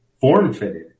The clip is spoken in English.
form-fitted